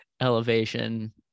elevation